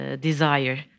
desire